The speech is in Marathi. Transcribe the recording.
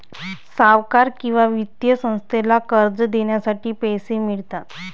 सावकार किंवा वित्तीय संस्थेला कर्ज देण्यासाठी पैसे मिळतात